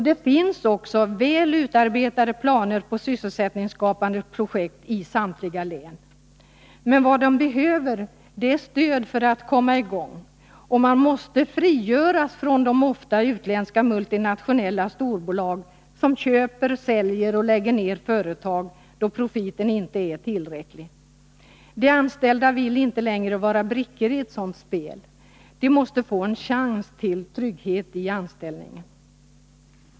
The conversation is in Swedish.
Det finns också väl utarbetade planer på sysselsättningsskapande projekt i samtliga län. Men vad de behöver är stöd för att komma i gång. Man måste frigöras från de ofta utländska multinationella storbolag som köper, säljer och lägger ner företag då profiten inte är tillräcklig. De anställda vill inte längre vara brickor i ett sådant spel. De måste få en chans till trygghet i anställningen.